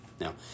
Now